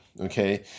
okay